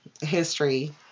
history